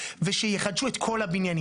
ושיחדשו את כל הבניינים.